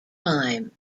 time